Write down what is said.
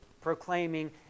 proclaiming